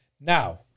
Now